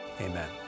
Amen